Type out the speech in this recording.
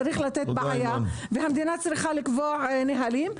צריך לתת פתרון והמדינה צריכה לקבוע נהלים,